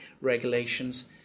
regulations